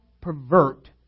pervert